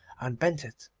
and bent it,